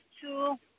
two